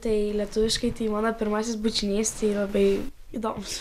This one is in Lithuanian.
tai lietuviškai tai mano pirmasis bučinys tai labai įdomus